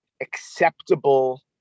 acceptable